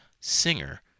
singer